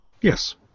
Yes